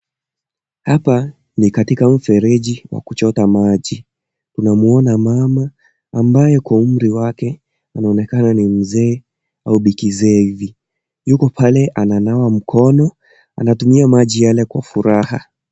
Hapa ni katika mfereji wa kuchota maji, tunamuona mama ambaye kwa umri wake anaonekana ni mzee au bikizee hivi yuko pale ananawa mkono anatumia maji yale kwa furaha.